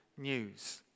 news